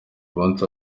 munsi